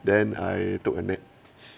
then I took a nap